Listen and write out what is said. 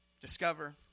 discover